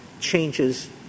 changes